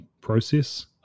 process